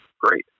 great